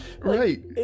Right